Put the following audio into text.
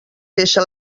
deixa